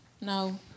No